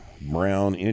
brown